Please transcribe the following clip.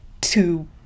two